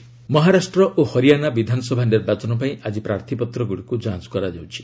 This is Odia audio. ଆସେମ୍ଲି ପୋଲ୍ସ ମହାରାଷ୍ଟ୍ର ଓ ହରିଆଣା ବିଧାନସଭା ନିର୍ବାଚନ ପାଇଁ ଆଜି ପ୍ରାର୍ଥୀପତ୍ରଗୁଡ଼ିକୁ ଯାଞ୍ଚ କରାଯାଉଛି